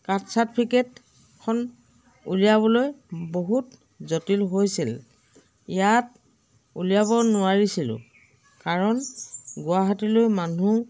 caste চাৰ্টিফিকেটখন উলিয়াবলৈ বহুত জটিল হৈছিল ইয়াত উলিয়াব নোৱাৰিছিলোঁ কাৰণ গুৱাহাটীলৈ মানুহ